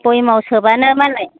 भयेमाव सोबानो मालाय